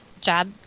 job